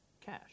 cash